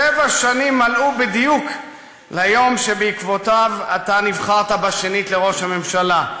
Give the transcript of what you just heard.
שבע שנים בדיוק מלאו מהיום שבעקבותיו אתה נבחרת בשנית לראש הממשלה,